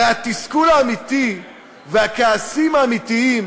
הרי התסכול האמיתי והכעסים האמיתיים